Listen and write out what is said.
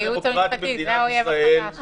הייעוץ המשפטי זה האויב החדש.